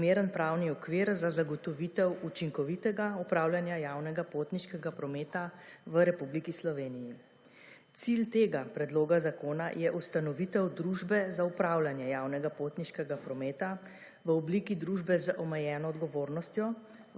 primeren pravni okvir za zagotovitev učinkovitega upravljanja javnega potniškega prometa v Republiki Sloveniji. Cilj tega predloga zakona je ustanovitev družbe za upravljanje javnega potniškega prometa v obliki družbe z omejeno odgovornostjo